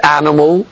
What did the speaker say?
animal